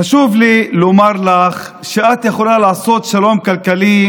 חשוב לי לומר לך שאת יכולה לעשות שלום כלכלי